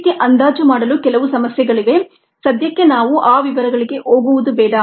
ಈ ರೀತಿ ಅಂದಾಜು ಮಾಡಲು ಕೆಲವು ಸಮಸ್ಯೆಗಳಿವೆ ಸದ್ಯಕ್ಕೆ ನಾವು ಆ ವಿವರಗಳಿಗೆ ಹೋಗುವುದು ಬೇಡ